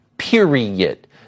period